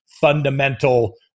fundamental